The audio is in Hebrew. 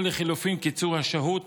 או לחלופין קיצור השהות